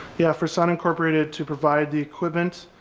yeah for son incorporated to provide the equipment